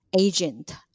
agent